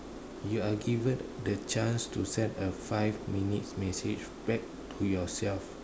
you are given the chance to send a five minute message to yourself